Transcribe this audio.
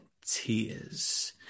tears